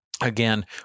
Again